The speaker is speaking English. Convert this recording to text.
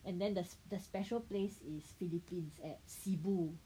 and then the the special place is Philippines at Cebu